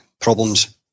problems